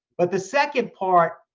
but the second part,